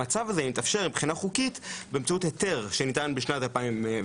המצב הזה התאפשר מבחינה חוקית באמצעות היתר שניתן בשנת 2012,